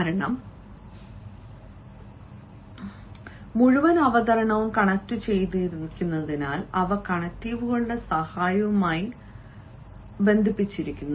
കാരണം മുഴുവൻ അവതരണവും കണക്റ്റുചെയ്തിരിക്കുന്നതിനാൽ അവ കണക്റ്റീവുകളുടെ സഹായവുമായി ബന്ധിപ്പിച്ചിരിക്കുന്നു